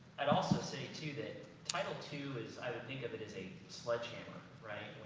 i'd also say too, that title two is, either think of it as a sledgehammer, right?